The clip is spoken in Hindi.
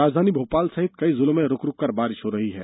राजधानी भोपाल सहित कई जिलों में रूक रूकर बारिश हो रही है